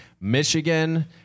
Michigan